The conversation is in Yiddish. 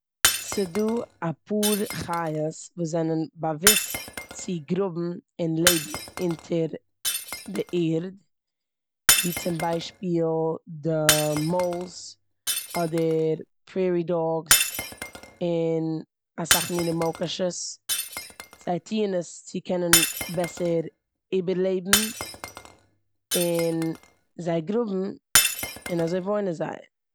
ס'דא אפאר חיות וואס זענען באוואוסט צו גראבן און לעבן אונטער די ערד, ווי צום ביישפיל די מוילס, אדער פרעירי דאגס, און אסאך מינע מויקאשעס. זיי טוען עס צו קענען בעסער איבערלעבן און זיי גראבן און אזוי וואוינען זיי.